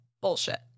bullshit